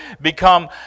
become